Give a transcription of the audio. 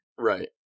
Right